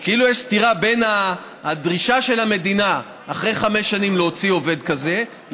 כאילו יש סתירה בין הדרישה של המדינה להוציא עובד כזה אחרי חמש שנים,